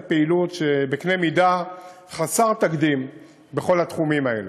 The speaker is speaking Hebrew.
פעילות בקנה מידה חסר תקדים בכל התחומים האלה.